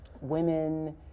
women